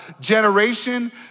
generation